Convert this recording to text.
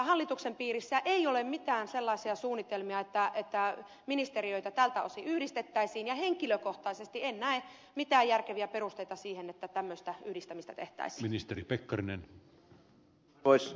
hallituksen piirissä ei ole mitään sellaisia suunnitelmia että ministeriöitä tältä osin yhdistettäisiin ja henkilökohtaisesti en näe mitään järkeviä perusteita siihen että tämmöistä yhdistämistä tehtäisiin